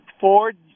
Ford